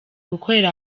gukorera